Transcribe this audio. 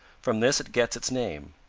from this it gets its name.